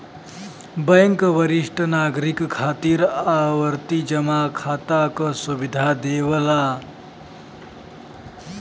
bank वरिष्ठ नागरिक खातिर आवर्ती जमा खाता क सुविधा देवला